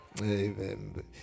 Amen